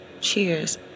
cheers